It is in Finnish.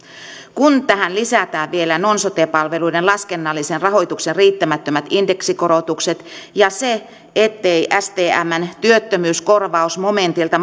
kun tähän lisätään vielä non sote palveluiden laskennallisen rahoituksen riittämättömät indeksikorotukset ja se että stmn työttömyyskorvausmomentilta